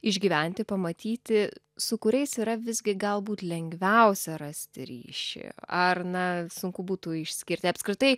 išgyventi pamatyti su kuriais yra visgi galbūt lengviausia rasti ryšį ar na sunku būtų išskirti apskritai